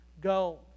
go